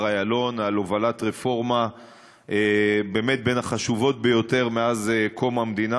איילון על הובלת רפורמה בין החשובות ביותר מאז קום המדינה,